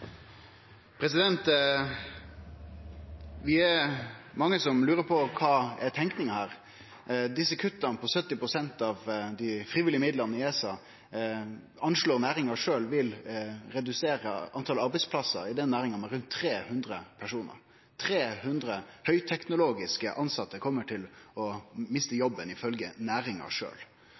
mange som lurer på kva tenkinga er her. Desse kutta på 70 pst. til dei frivillige programma i ESA reknar næringa sjølv med at vil redusere talet på arbeidsplassar i den næringa med rundt 300 personar. 300 høgteknologisk tilsette kjem til å miste jobben, ifølgje næringa sjølv. Det som er spesielt med denne næringa,